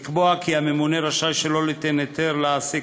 לקבוע כי הממונה רשאי שלא ליתן היתר להעסיק